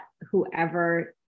whoever